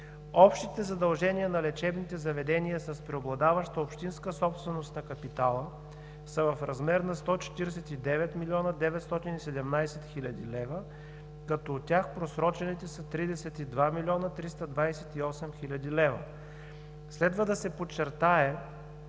Общите задължения на лечебните заведения с преобладаваща общинска собственост на капитала са в размер на 149 млн. 917 хил. лв., като от тях просрочените са 32 млн. 328 хил. лв. Следва да се подчертае,